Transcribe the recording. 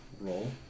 Roll